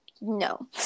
no